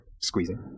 squeezing